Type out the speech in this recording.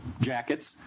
jackets